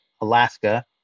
Alaska